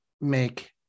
make